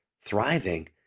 thriving